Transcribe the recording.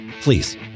Please